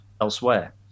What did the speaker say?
elsewhere